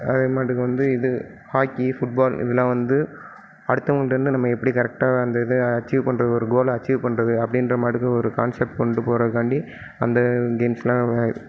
அதுமாட்டுக்கு வந்து இது hockey football இதெலாம் வந்து அடுத்தவங்களிடேருந்து நம்ம எப்படி கரெக்டாக அந்த இதை அச்சீவ் பண்ணுறது ஒரு கோலை அச்சீவ் பண்ணுறது அப்படின்றமாட்டுக்கு ஒரு கான்சப்ட் கொண்டு போகிறதுக்காண்டி அந்த கேம்ஸெலாம்